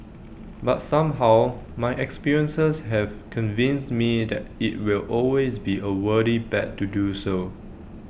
but somehow my experiences have convinced me that IT will always be A worthy bet to do so